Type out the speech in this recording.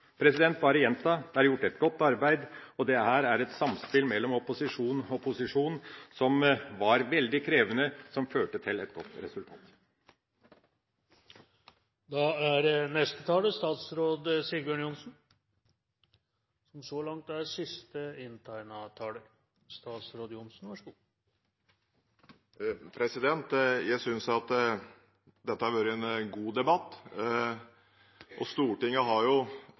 bare gjenta at det er gjort et godt arbeid. Dette var et samspill mellom opposisjon og posisjon som var veldig krevende, og som førte til et godt resultat. Jeg synes dette har vært en god debatt. Stortinget har mange viktige roller i styringen av landet, og en av de viktigste rollene Stortinget har, er kontrollrollen. Jeg synes måten den har vært